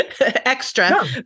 extra